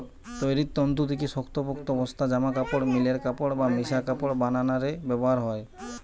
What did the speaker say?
তৈরির তন্তু দিকি শক্তপোক্ত বস্তা, জামাকাপড়, মিলের কাপড় বা মিশা কাপড় বানানা রে ব্যবহার হয়